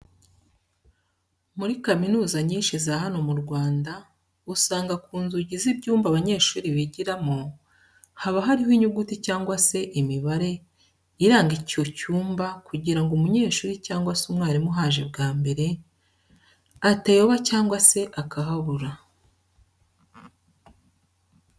Muri za kaminuza nyinshi za hano mu Rwanda, usanga ku nzugi z'ibyumba abanyeshuri bigiramo, haba hariho inyuguti cyangwa se imibare iranga icyo cyumba kugira ngo umunyeshuri cyangwa se umwarimu uhaje bwa mbere atayoba cyangwa se akahabura.